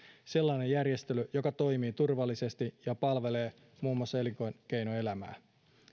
sellainen järjestely joka toimii turvallisesti ja palvelee muun muassa elinkeinoelämää